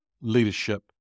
leadership